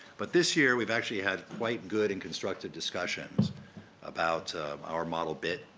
but, this year, we've actually had quite good and constructive discussions about our model bit,